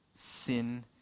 Sin